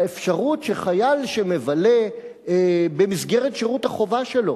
באפשרות שחייל שמבלה במסגרת שירות החובה שלו